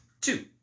Two